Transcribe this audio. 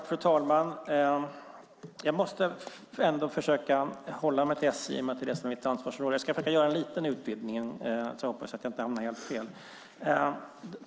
Fru talman! Jag måste ändå försöka hålla mig till SJ eftersom det är mitt ansvarsområde, men jag ska göra en liten utvidgning - och hoppas att jag inte hamnar helt fel.